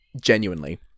genuinely